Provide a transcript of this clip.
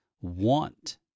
want